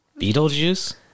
Beetlejuice